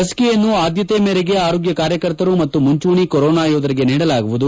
ಲಸಿಕೆಯನ್ನು ಆದ್ಲತೆ ಮೇರೆಗೆ ಆರೋಗ್ಗ ಕಾರ್ಯಕರ್ತರು ಮತ್ತು ಮುಂಚೂಣಿ ಕೊರೊನಾ ಯೋಧರಿಗೆ ನೀಡಲಾಗುವುದು